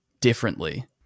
differently